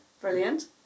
brilliant